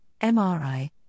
MRI